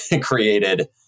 created